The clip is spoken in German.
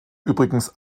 übrigens